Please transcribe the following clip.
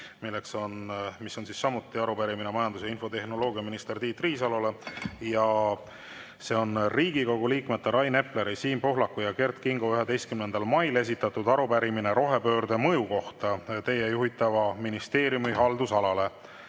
mis on samuti arupärimine majandus‑ ja infotehnoloogiaminister Tiit Riisalole. See on Riigikogu liikmete Rain Epleri, Siim Pohlaku ja Kert Kingo 11. mail esitatud arupärimine rohepöörde mõju kohta tema juhitava ministeeriumi haldusalale.